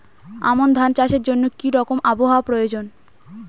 আমন ধান চাষের জন্য কি রকম আবহাওয়া প্রয়োজন?